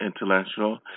intellectual